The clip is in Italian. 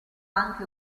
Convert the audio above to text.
anche